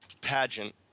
pageant